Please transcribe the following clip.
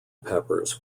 peppers